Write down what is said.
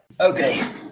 okay